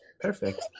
Perfect